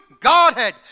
Godhead